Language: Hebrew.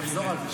תחזור על זה,